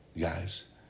guys